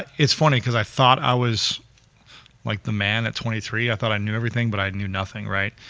it's funny cause i thought i was like the man at twenty three, i thought i knew everything, but i knew nothing, right?